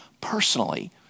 personally